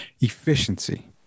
efficiency